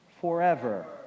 forever